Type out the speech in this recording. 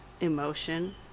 emotion